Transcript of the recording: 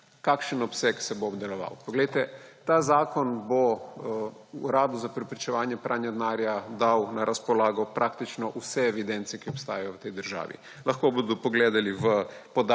kakšen obseg se bo obdeloval. Ta zakon bo Uradu za preprečevanje pranja denarja dal na razpolago praktično vse evidence, ki obstajajo v tej državi. Lahko bodo pogledali v podatke